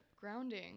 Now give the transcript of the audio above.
Grounding